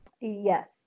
Yes